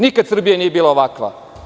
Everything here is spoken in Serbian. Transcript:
Nikada Srbija nije bila ovakva.